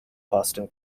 boston